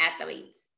athletes